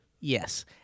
Yes